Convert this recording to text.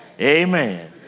amen